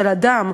של אדם.